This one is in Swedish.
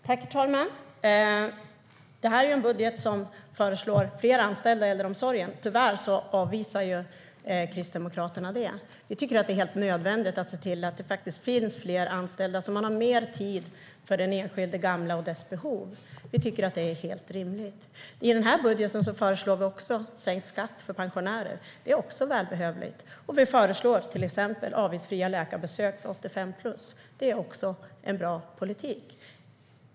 Herr talman! Det här är en budget som föreslår fler anställda i äldreomsorgen. Tyvärr avvisar Kristdemokraterna det. Vi tycker att det är helt nödvändigt att se till att det finns fler anställda så att man har mer tid för de enskilda gamla och deras behov. Vi tycker att det är helt rimligt. I den här budgeten föreslår vi också sänkt skatt för pensionärer. Även det är välbehövligt. Vi föreslår till exempel avgiftsfria läkarbesök för 85-plussare. Det är också en bra politik.